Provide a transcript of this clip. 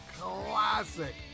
classic